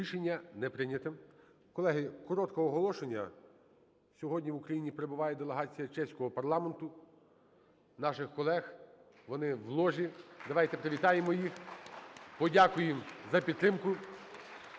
Рішення не прийнято. Колеги, коротке оголошення. Сьогодні в Україні перебуває делегація чеського парламенту, наших колег, вони в ложі. Давайте привітаємо їх. (Оплески) Подякуємо за підтримку.